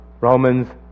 Romans